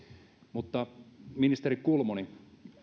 ministeri kulmuni